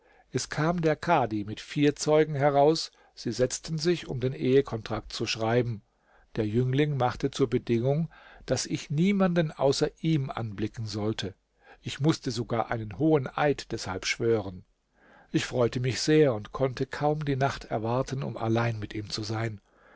es kam der kadi mit vier zeugen heraus sie setzten sich um den ehekontrakt zu schreiben der jüngling machte zur bedingung daß ich niemanden außer ihm anblicken sollte ich mußte sogar einen hohen eid deshalb schwören ich freute mich sehr und konnte kaum die nacht erwarten um allein mit ihm zu sein